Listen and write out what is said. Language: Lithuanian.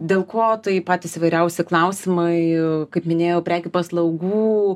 dėl ko tai patys įvairiausi klausimai kaip minėjau prekių paslaugų